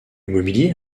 mobilier